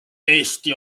eesti